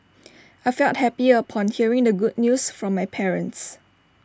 I felt happy upon hearing the good news from my parents